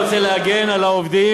אני רוצה להגן על העובדים